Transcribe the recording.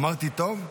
אמרתי טוב?